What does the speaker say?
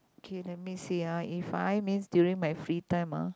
okay let me see ah if I miss during my free time ah